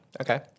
Okay